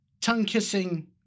tongue-kissing